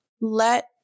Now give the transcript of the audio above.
let